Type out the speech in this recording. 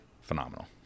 phenomenal